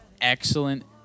excellent